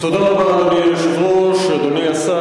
תודה רבה, אדוני היושב-ראש.